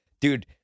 Dude